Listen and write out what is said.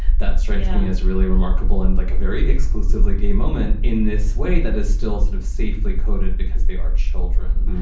that strikes me as really remarkable and like a very exclusively gay moment in this way, that is still sort of safely coated because they are children.